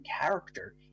character